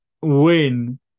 win